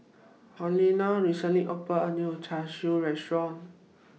Helena recently opened A New Char Siu Restaurant